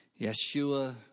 Yeshua